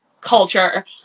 culture